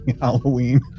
Halloween